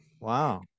Wow